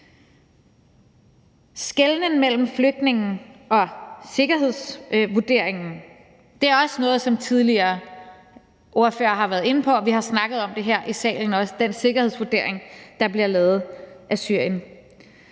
Skelnen mellem flygtninge og sikkerhedsvurderingen er også noget, som tidligere ordførere har været inde på, og vi har snakket om det her i salen, altså den sikkerhedsvurdering af Syrien,